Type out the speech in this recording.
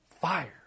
fire